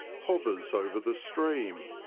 hovers over the stream,